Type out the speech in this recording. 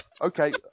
okay